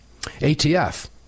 ATF